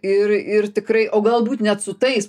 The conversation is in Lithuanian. ir ir tikrai o galbūt net su tais